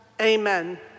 Amen